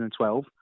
2012